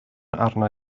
arna